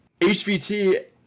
hvt